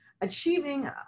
achieving